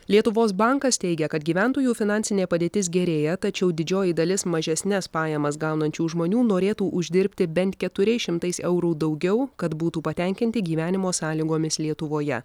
lietuvos bankas teigia kad gyventojų finansinė padėtis gerėja tačiau didžioji dalis mažesnes pajamas gaunančių žmonių norėtų uždirbti bent keturiais šimtais eurų daugiau kad būtų patenkinti gyvenimo sąlygomis lietuvoje